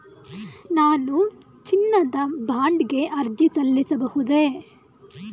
ನಾನು ಚಿನ್ನದ ಬಾಂಡ್ ಗೆ ಅರ್ಜಿ ಸಲ್ಲಿಸಬಹುದೇ?